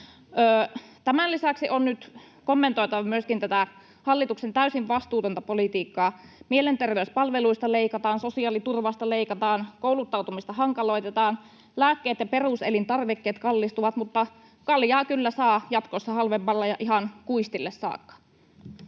Tämän lisäksi on nyt kommentoitava tätä hallituksen täysin vastuutonta politiikkaa. Mielenterveyspalveluista leikataan, sosiaaliturvasta leikataan, kouluttautumista hankaloitetaan, lääkkeet ja peruselintarvikkeet kallistuvat, mutta kaljaa kyllä saa jatkossa halvemmalla ja ihan kuistille saakka.